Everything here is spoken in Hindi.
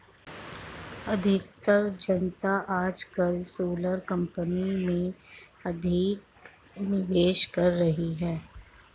अधिकतर जनता आजकल सोलर कंपनी में अधिक निवेश कर रही है